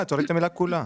תוריד את המילה "כולה".